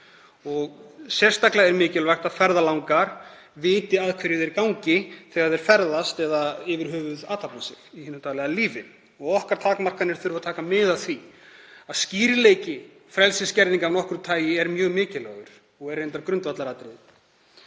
Sérstaklega er mikilvægt að ferðalangar viti að hverju þeir ganga þegar þeir ferðast eða yfir höfuð athafna sig í hinu daglega lífi. Takmarkanir okkar þurfa að taka mið af því að skýrleiki frelsisskerðingar af einhverju tagi er mjög mikilvægur og er reyndar grundvallaratriði.